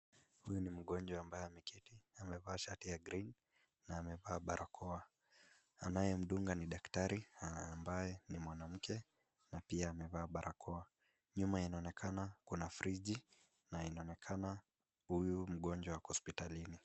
Huyu ni mgonjwa ambaye ameketi na amevaa shati ya green na amevaa barakoa. Anayemdunga ni daktari ambaye ni mwanamke na pia amevaa barakoa. Nyuma inaonekana kuna friji na inaonekana huyu mgonjwa ako hospitalini.